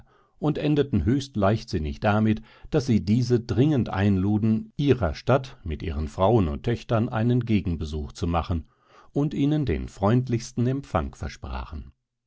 und endeten höchst leichtsinnig damit daß sie diese dringend einluden ihrer stadt mit ihren frauen und töchtern einen gegenbesuch zu machen und ihnen den freundlichsten empfang versprachen